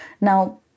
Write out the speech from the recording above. Now